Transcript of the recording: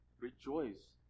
Rejoice